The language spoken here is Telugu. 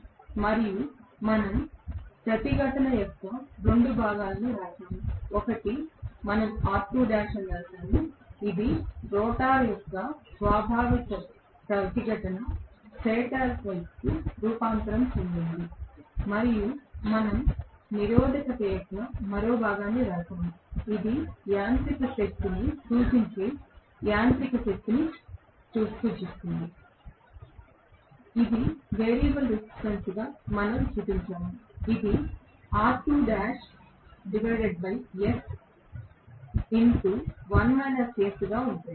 మరియు మనం ప్రతిఘటన యొక్క 2 భాగాలను వ్రాసాము ఒకటి మనం R2l అని వ్రాసాము ఇది రోటర్ యొక్క స్వాభావిక ప్రతిఘటన స్టేటర్ వైపుకు రూపాంతరం చెందింది మరియు మనం నిరోధకత యొక్క మరో భాగాన్ని వ్రాసాము ఇది యాంత్రిక శక్తిని సూచించే యాంత్రిక శక్తిని సూచిస్తుంది ఇది వేరియబుల్ రెసిస్టెన్స్గా మనం చూపించాము ఇది గా ఉంది